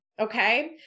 Okay